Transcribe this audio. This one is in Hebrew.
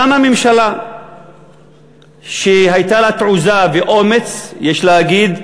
קמה ממשלה שהיו לה תעוזה ואומץ, יש להגיד,